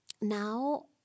now